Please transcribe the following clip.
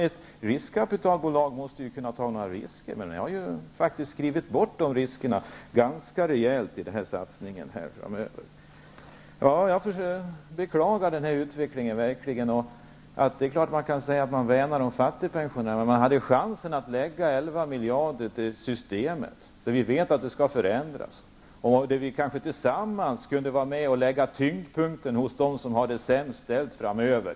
Ett riskkapitalbolag måste ju kunna ta risker. Men ni har skrivit bort dessa risker ganska rejält i den här satsningen. Jag beklagar verkligen denna utveckling. Man kan säga att man värnar om fattigpensionärerna. Men man hade chansen att lägga 11 miljarder till systemet, och vi vet att det skall förändras. Kanske vi tillsammans kunde lägga tyngdpunkten hos dem som har det sämst ställt framöver.